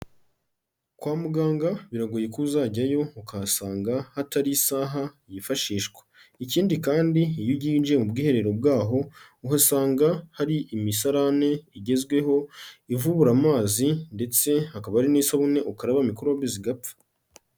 Kwa muganga biragoye ko uzajyayo ukahasanga hatari isaha yifashishwa. Ikindi kandi iyo winjiye mu bwiherero bwaho uhasanga hari imisarane igezweho, ivubura amazi, ndetse hakaba hari n'isabune ukaraba mikorobe zigapfa.